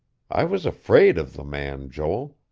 i was afraid of the man, joel.